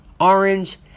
orange